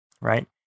right